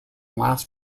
last